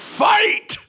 fight